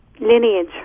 lineage